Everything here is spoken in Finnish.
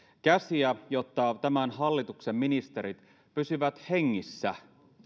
käsiä jotta tämän hallituksen ministerit pysyvät hengissä